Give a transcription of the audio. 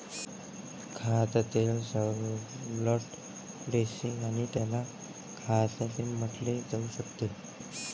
खाद्यतेल salad dressing आणि त्याला खाद्यतेल म्हटले जाऊ शकते